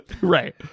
Right